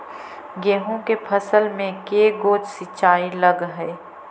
गेहूं के फसल मे के गो सिंचाई लग हय?